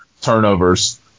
turnovers